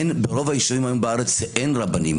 ברוב היישובים היום בארץ אין רבנים.